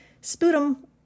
sputum